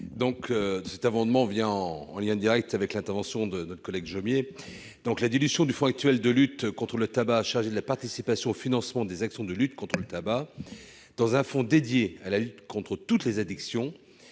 de cet amendement a un lien direct avec l'intervention, à l'instant, de notre collègue Bernard Jomier. La dilution du fonds actuel de lutte contre le tabac, « chargé de la participation au financement des actions de lutte contre le tabac », dans un fonds dédié à la lutte contre toutes les addictions